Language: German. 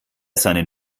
seinen